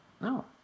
no